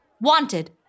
Wanted